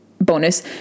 bonus